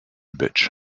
butch